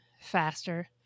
faster